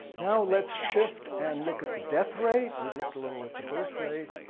now let's shift and look at the death rate. we looked a little at the birthrate,